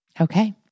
Okay